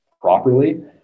properly